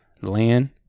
Land